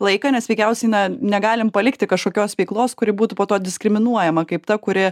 laiką nes veikiausiai na negalim palikti kažkokios veiklos kuri būtų po to diskriminuojama kaip ta kuri